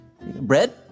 Bread